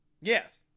Yes